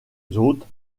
hôtes